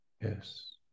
Yes